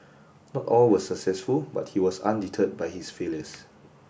not all were successful but he was undeterred by his failures